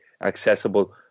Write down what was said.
accessible